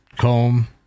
comb